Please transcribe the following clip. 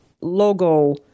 logo